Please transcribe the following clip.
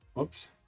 oops